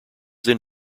then